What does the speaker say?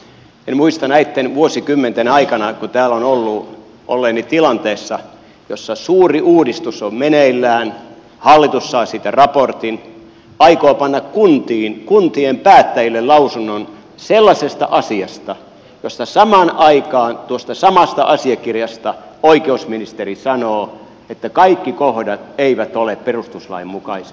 en muista näitten vuosikymmenten aikana kun täällä olen ollut olleeni tilanteessa jossa suuri uudistus on meneillään hallitus saa siitä raportin aikoo panna kuntiin kuntien päättäjille lausunnon sellaisesta asiasta josta samaan aikaan tuosta samasta asiakirjasta oikeusministeri sanoo että kaikki kohdat eivät ole perustuslain mukaisia